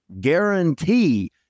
guarantee